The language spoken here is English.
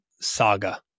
saga